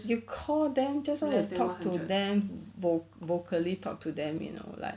you call them just want to talk to them vocally talk to them you know like